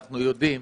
אנחנו יודעים,